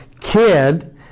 kid